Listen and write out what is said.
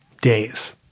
days